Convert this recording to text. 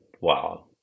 Wow